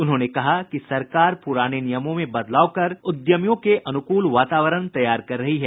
उन्होंने कहा कि सरकार पुराने नियमों में बदलाव कर उद्यमियों के अनुकूल वातावरण तैयार कर रही है